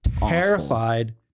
terrified